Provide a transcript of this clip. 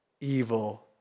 evil